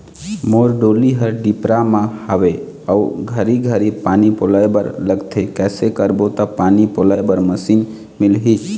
मोर डोली हर डिपरा म हावे अऊ घरी घरी पानी पलोए बर लगथे कैसे करबो त पानी पलोए बर मशीन मिलही?